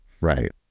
Right